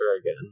again